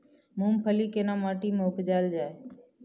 मूंगफली केना माटी में उपजायल जाय?